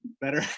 better